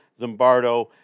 Zimbardo